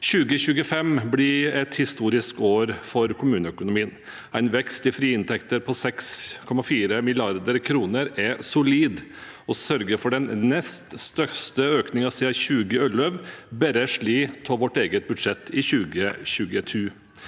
2025 blir et historisk år for kommuneøkonomien. En vekst i frie inntekter på 6,4 mrd. kr er solid. Vi sørger for den nest største økningen siden 2011 – bare slått av vårt eget budsjett for 2022.